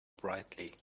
brightly